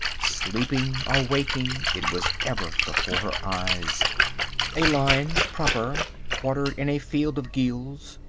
sleeping or waking it was ever before her eyes a lion, proper, quartered in a field of gules,